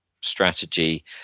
strategy